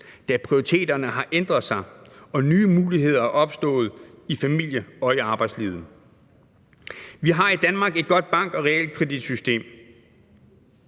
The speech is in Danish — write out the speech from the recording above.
da prioriteterne har ændret sig og nye muligheder er opstået i familie- og i arbejdslivet. Vi har i Danmark et godt bank- og realkreditsystem,